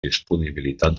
disponibilitat